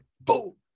Boom